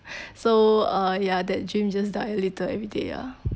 so uh yeah that dream just dies little everyday ya